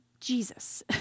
Jesus